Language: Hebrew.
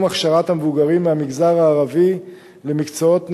הכשרת המבוגרים במגזר הערבי למקצועות נדרשים.